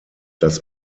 das